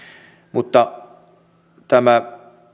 mutta tämä